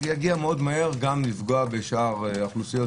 יגיע מאוד מהר לפגוע גם בשאר אוכלוסיות,